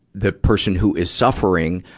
the person who is suffering,